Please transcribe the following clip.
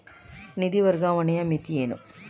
ನಿಧಿ ವರ್ಗಾವಣೆಯ ಮಿತಿ ಏನು?